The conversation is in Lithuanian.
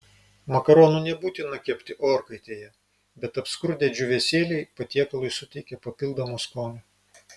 makaronų nebūtina kepti orkaitėje bet apskrudę džiūvėsėliai patiekalui suteikia papildomo skonio